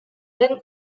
den